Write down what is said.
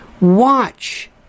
Watch